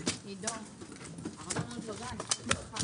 הישיבה ננעלה בשעה